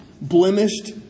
blemished